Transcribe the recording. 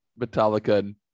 Metallica